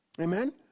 Amen